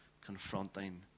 confronting